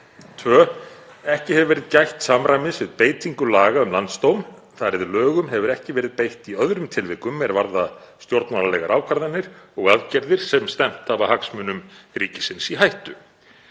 2. Ekki hefur verið gætt samræmis við beitingu laga um landsdóm þar eð lögunum hefur ekki verið beitt í öðrum tilvikum er varða stjórnmálalegar ákvarðanir og aðgerðir sem stefnt hafa hagsmunum ríkisins í hættu.